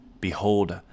Behold